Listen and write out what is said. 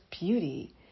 beauty